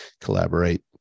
collaborate